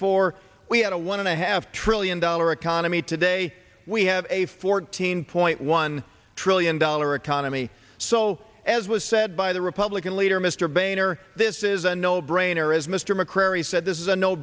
four we had a one and a half trillion dollar economy today we have a fourteen point one trillion dollar economy so as was said by the republican leader mr boehner this is a no brainer as mr mccrary said this is a no